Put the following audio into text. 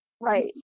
Right